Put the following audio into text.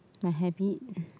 my habit